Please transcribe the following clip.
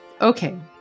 Okay